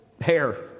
hair